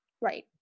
Right